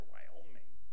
Wyoming